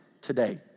today